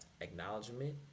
acknowledgement